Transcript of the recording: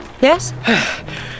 Yes